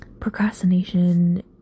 procrastination